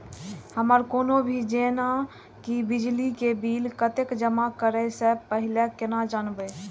हमर कोनो भी जेना की बिजली के बिल कतैक जमा करे से पहीले केना जानबै?